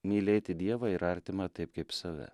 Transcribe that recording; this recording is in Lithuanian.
mylėti dievą ir artimą taip kaip save